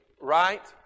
right